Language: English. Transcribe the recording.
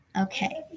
Okay